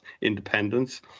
independence